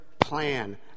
plan